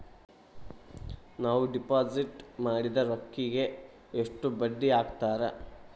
ನಾವು ಡಿಪಾಸಿಟ್ ಮಾಡಿದ ರೊಕ್ಕಿಗೆ ಎಷ್ಟು ಬಡ್ಡಿ ಹಾಕ್ತಾರಾ?